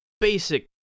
basic